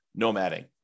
nomading